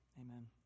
Amen